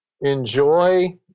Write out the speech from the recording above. enjoy